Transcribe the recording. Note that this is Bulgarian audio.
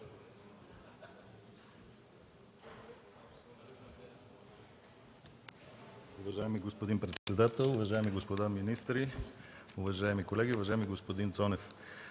Уважаеми господин председател, уважаеми господа министри, уважаеми колеги, уважаеми господин Цонев!